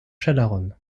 chalaronne